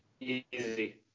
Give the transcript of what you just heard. Easy